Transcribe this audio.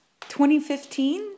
2015